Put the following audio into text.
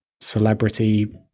celebrity